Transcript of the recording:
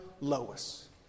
Lois